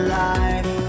life